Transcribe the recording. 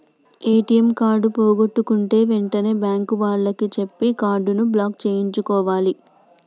ATM card పోగొట్టుకుంటే వెంటనే bank వాళ్లకి చెప్పి కార్డుని బ్లాక్ చేయించుకోవాలే